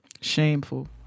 Shameful